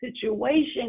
situation